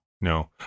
no